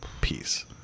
peace